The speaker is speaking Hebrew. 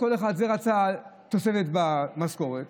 זה רצה תוספת במשכורת,